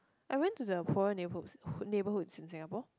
I went to the poorer neighbourhood neighbourhoods in Singapore